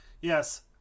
Yes